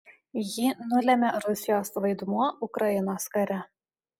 jį nulėmė rusijos vaidmuo ukrainos kare